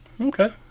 Okay